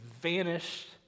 vanished